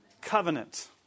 covenant